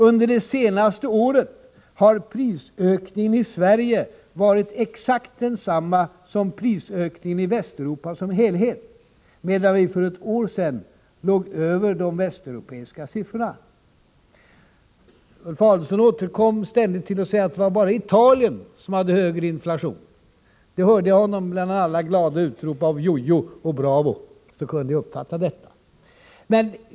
Under det senaste året har prisökningen i Sverige varit exakt densamma som prisökningen i Västeuropa som helhet, medan vi för ett år sedan låg över de västeuropeiska siffrorna. Ulf Adelsohn återkom ständigt till påståendet att bara Italien hade en lägre inflation. Bland alla glada utrop som ”Jojo!” och ”Bravo!” kunde jag uppfatta detta.